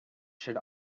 should